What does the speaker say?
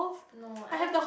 no I